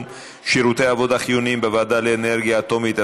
(שירותי עבודה חיוניים בוועדה לאנרגיה אטומית),